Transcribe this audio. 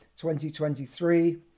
2023